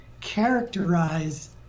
characterize